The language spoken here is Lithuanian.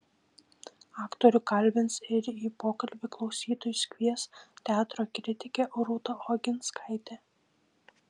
aktorių kalbins ir į pokalbį klausytojus kvies teatro kritikė rūta oginskaitė